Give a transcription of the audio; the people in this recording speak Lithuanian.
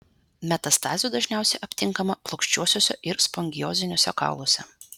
metastazių dažniausiai aptinkama plokščiuosiuose ir spongioziniuose kauluose